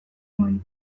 nuen